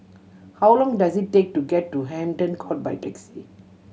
how long does it take to get to Hampton Court by taxi